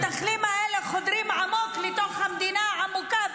המתנחלים האלה חודרים עמוק לתוך המדינה העמוקה,